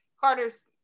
Carter's